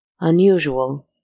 Unusual